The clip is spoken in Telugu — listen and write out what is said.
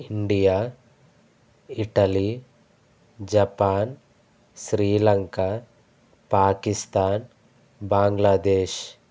India Italy Japan Sri Lanka Pakistan Bangladesh